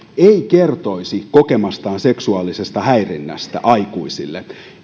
ei kertoisi kokemastaan seksuaalisesta häirinnästä aikuisille